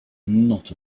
not